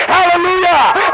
Hallelujah